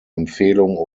empfehlung